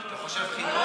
לא,